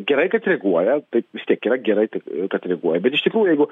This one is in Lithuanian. gerai kad reaguoja tai vis tiek yra gerai tai kad reaguoja bet iš tikrųjų jeigu